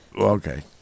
okay